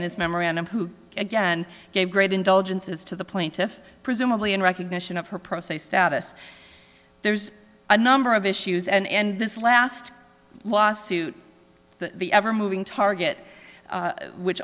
in his memorandum who again gave great indulgences to the plaintiff presumably in recognition of her pro se status there's a number of issues and this last lawsuit the ever moving target which